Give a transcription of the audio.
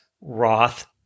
Roth